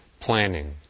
planning